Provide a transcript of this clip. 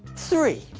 three!